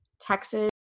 Texas